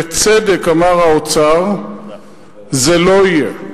בצדק אמר האוצר שזה לא יהיה,